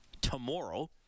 tomorrow